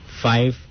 Five